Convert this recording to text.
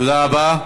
תודה רבה.